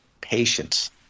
patience